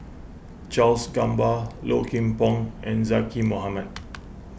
Charles Gamba Low Kim Pong and Zaqy Mohamad